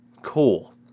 Cool